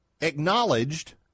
acknowledged